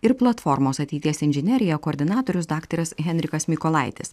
ir platformos ateities inžinerija koordinatorius daktaras henrikas mykolaitis